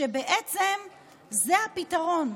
ובעצם זה הפתרון,